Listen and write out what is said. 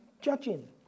judging